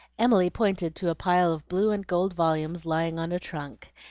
emily pointed to a pile of blue and gold volumes lying on a trunk,